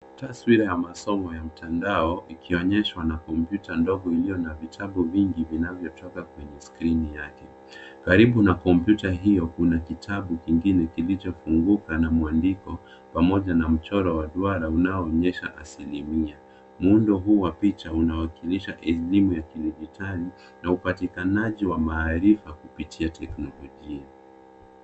Taswira ya masomo ya mtandao, ikionyeshwa na kompyuta ndogo iliyo na vitabu vingi vinavyotoka kwenye skrini yake. Karibu na kompyuta hiyo kuna kitabu kingine kilichopunguka na mwandiko, pamoja na mchoro wa duara unaoonyesha asilimia. Muundo huu wa picha unawakilisha elimu ya kidijitali, na upatikanaji wa maarifa kupitia teknolojia.